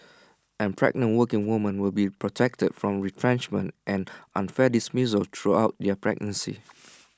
and pregnant working women will be protected from retrenchment and unfair dismissal throughout their pregnancy